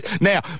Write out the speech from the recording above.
Now